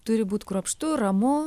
turi būt kruopštu ramu